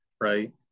right